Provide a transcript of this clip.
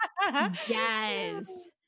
Yes